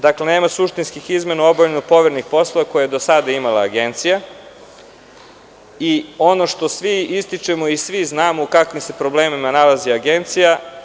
Dakle, nema suštinskih izmena u obavljanju povremenih poslova koje je do sada imala Agencija i ono što svi ističemo i svi znamo u kakvim se problemima nalazi Agencija.